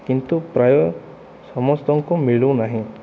କିନ୍ତୁ ପ୍ରାୟ ସମସ୍ତଙ୍କୁ ମିଳୁନାହିଁ